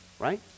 Right